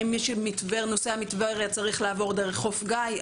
האם מי שנוסע מטבריה צריך לעבור דרך חוף גיא,